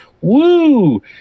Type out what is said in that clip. woo